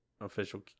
official